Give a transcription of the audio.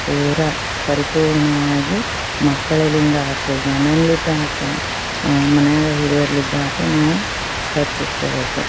ಪೂರ ಪರಿಪೂರ್ಣವಾಗಿ ಮಕ್ಕಳಿಂದ ಆಯ್ತು ಗಂಡನಿಂದ ಆಯ್ತು ಮನ್ಯಾಗ ಹಿರಿಯರಿಂದಾಯ್ತು ನಾವು ಸ್ವಚ್ಛ ಇಟ್ಕೊಳ್ಬೇಕು